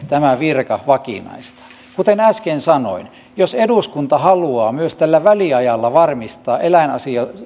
tämä virka tarpeen vakinaistaa kuten äsken sanoin jos eduskunta haluaa myös tällä väliajalla varmistaa